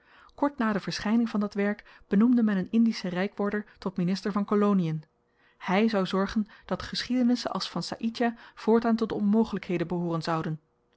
kort na de verschyning van dat werk benoemde men een indischen rykworder tot minister van kolonien hy zou zorgen dat geschiedenissen als van saïdjah voortaan tot de onmogelykheden behooren zouden